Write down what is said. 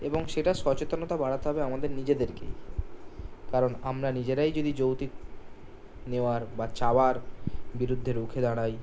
এবং সেটার সচেতনতা বাড়াতে হবে আমাদের নিজেদেরকে কারণ আমরা নিজেরাই যদি যৌতুক নেওয়ার বা চাওয়ার বিরুদ্ধে রুখে দাঁড়াই